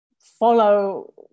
follow